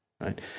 right